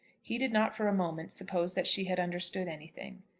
he did not for a moment suppose that she had understood anything.